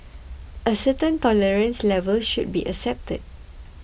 a certain tolerance level should be accepted